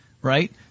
Right